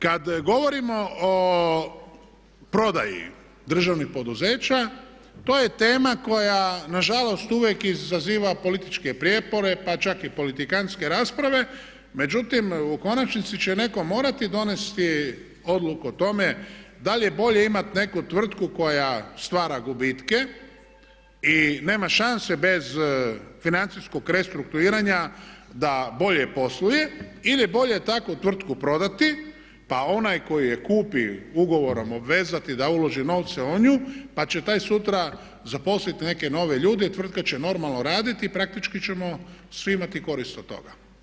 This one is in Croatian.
Kad govorimo o prodaji državnih poduzeća to je tema koja nažalost uvijek izaziva političke prijepore pa čak i politikantske rasprave, međutim u konačnici će netko morati donijeti odluku o tome da li je bolje imati neku tvrtku koja stvara gubitke i nema šanse bez financijskog restrukturiranja da bolje posluje ili je bolje takvu tvrtku prodati pa onog koji je kupi ugovorom obvezati da uloži novce u nju pa će taj sutra zaposliti neke nove ljude i tvrtka će normalno raditi i praktički ćemo svi imati koristi od toga.